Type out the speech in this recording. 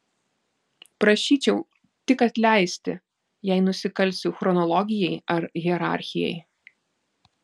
prašyčiau tik atleisti jei nusikalsiu chronologijai ar hierarchijai